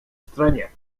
стране